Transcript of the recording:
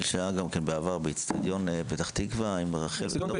שהיה בעבר באצטדיון פתח תקוה עם רח"ל,